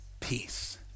peace